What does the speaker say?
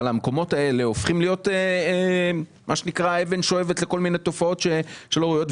אבל המקומות האלה הופכים להיות אבן שואבת לתופעות לא ראויות,